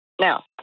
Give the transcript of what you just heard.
Now